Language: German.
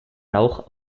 rauch